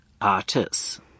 artists